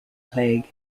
plague